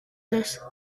this